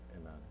amen